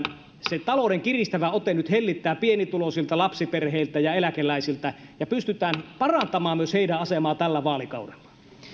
se talouden kiristävä ote nyt hellittää pienituloisilta lapsiperheiltä ja eläkeläisiltä ja pystytään parantamaan myös heidän asemaansa tällä vaalikaudella